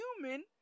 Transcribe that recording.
human